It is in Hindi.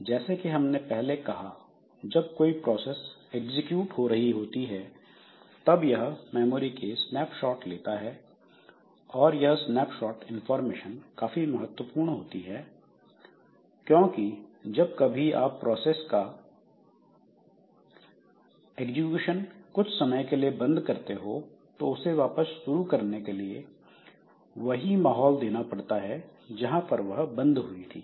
जैसे कि हमने पहले कहा जब कोई प्रोसेस एग्जीक्यूट हो रही होती है तब यह मेमोरी के स्नैपशॉट लेता है और वह स्नैपशॉट इंफॉर्मेशन काफी महत्वपूर्ण होती है क्योंकि जब कभी आप प्रोसेस का एग्जीक्यूशन कुछ समय के लिए बंद करते हो तो उसे वापस शुरू करने के लिए वही माहौल देना पड़ेगा जहां पर वह बंद हुई थी